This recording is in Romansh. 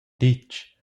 ditg